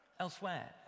Elsewhere